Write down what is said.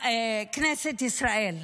לכנסת ישראל.